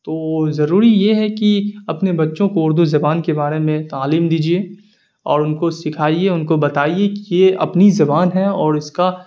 تو ضروری یہ ہے کہ اپنے بچوں کو اردو زبان کے بارے میں تعلیم دیجیے اور ان کو سکھائیے ان کو بتائیے کہ یہ اپنی زبان ہے اور اس کا